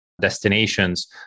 destinations